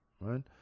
right